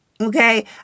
Okay